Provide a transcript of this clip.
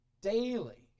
daily